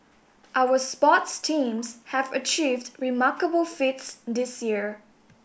our sports teams have achieved remarkable feats this year